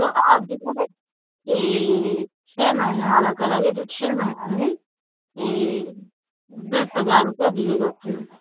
तो आप जो है ना छः महीना वाला कराइए जो छे महीना में दस हजार रुपये दिए जाते हैं